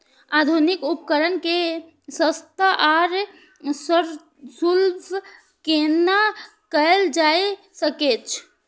आधुनिक उपकण के सस्ता आर सर्वसुलभ केना कैयल जाए सकेछ?